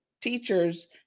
teachers